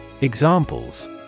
Examples